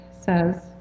says